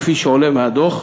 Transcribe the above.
כפי שעולה מהדוח,